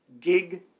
gig